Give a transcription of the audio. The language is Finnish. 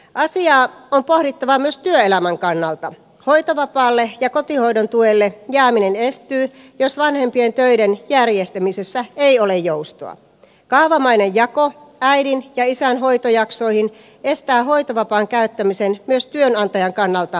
asia on pari tämän elämän kannalta hoitovapaalle ja kotihoidontuelle jääminen estyy jos vanhempien töiden järjestämisessä ei ole joustoa kanamainen jakoon äidin ja isän hoitojaksoihin pestään hoitovapaan käyttämisen jos työnantajan kannalta